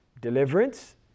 Deliverance